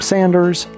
Sanders